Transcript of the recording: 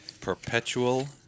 Perpetual